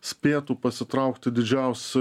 spėtų pasitraukti didžiausi